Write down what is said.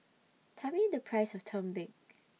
Tell Me The Price of Tumpeng